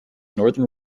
northern